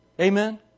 amen